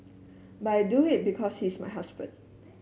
but I do it because he is my husband